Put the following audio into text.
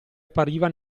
appariva